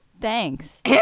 Thanks